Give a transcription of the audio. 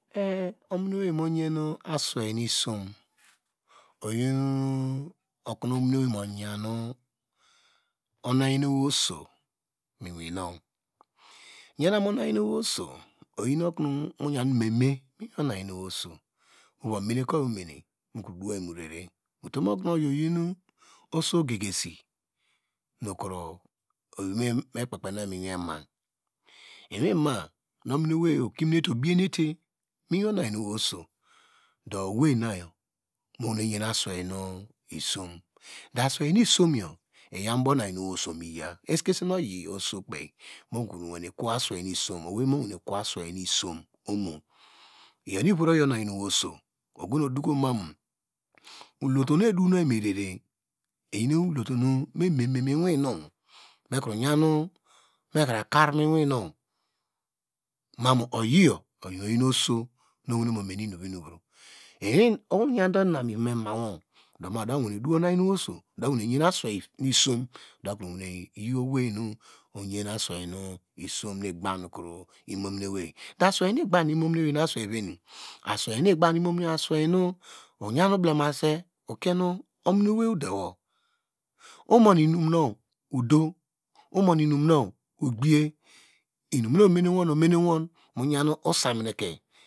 E- ominowei muyan uswei nu isom oyiokuno ominuswei omoyan nu onuyanewei oso miwin nu yan am onuyan owei oso oyin okuno moyan mene mene miwin onayan ewei nu mova do yei morrere utom okonu oyi oyinu oso gegesi nu ewei nu mekpekpe oyi mu iwin ema miwim nu ommowei okiminite obienete miwin onayewei oso do oweina mu wane yen aweinu isom dp aswei nu isomyo iyum ubow oso miya esikesen oyi osokpi mu wane kwo aswei nu isom owei mowane kwo aswei nu isom omo iyonu vor nu oso odukomamu ewei nu edow muyi merere eyi olotonu me mewie moiyinu mekro harkar muiwin nu mamu oyiyo nu oyi oso nu okro mo mene inuvro inovro ohonu oyande ina mu ivom emawo doma udawane do oso adawene yen asweivi nu isom odakro wene yi owenu yan aswei nu igban nu ewei, aswei nu igban nu imominewei iyi aswei nu oyan blemase okie ewei omon inum nu odo, omon inum nu okpiye, inum nu omene wo ome newo moyan osamineke